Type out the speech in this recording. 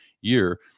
year